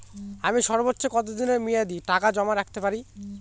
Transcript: আমি সর্বোচ্চ কতদিনের মেয়াদে টাকা জমা রাখতে পারি?